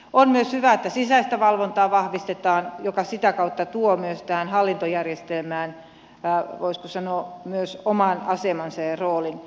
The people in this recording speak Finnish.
on myös hyvä että sisäistä valvontaa vahvistetaan joka sitä kautta tuo myös tähän hallintojärjestelmään voisiko sanoa oman asemansa ja roolinsa